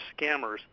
scammers